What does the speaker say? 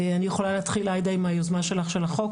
אני יכולה להתחיל, עאידה, עם היוזמה שלך של החוק.